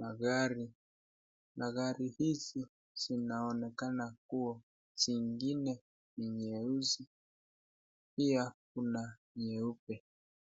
Magari na gari hizi zinaonekana zingine ni nyeusi na pia ni nyeupe,